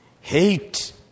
hate